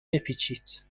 بپیچید